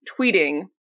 tweeting